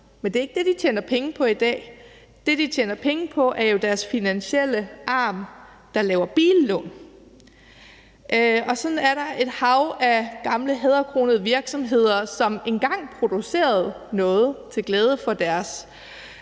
Men det er ikke det, de tjener penge på i dag. Det, de tjener penge på, er deres finansielle arm, der laver billån. Sådan er der et hav af gamle hæderkronede virksomheder, som engang producerede noget til glæde for deres